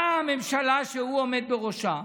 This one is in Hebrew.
באה הממשלה שהוא עומד בראשה,